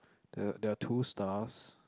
there there are two stars